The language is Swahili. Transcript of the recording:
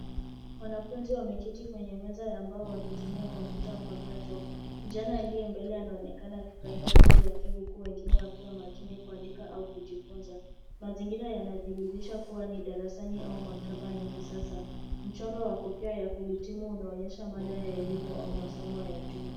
Wanafunzi wameketi kwenye meza ya mbao wakitumia kompyuta mpakato. Kijana alie mbele anaonekana akifurahia kazi yake huku wengine wanaonekana wakiwa makini kuandika au kujifunza. Mazingira yana dhihirisha kuwa ni darasani au maktaba ya kisasa. Mchoro wa kofia wa kuhitimu una onyesha mada ya elimu au masomo ya juu.